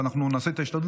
ואנחנו נעשה את ההשתדלות,